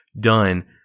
done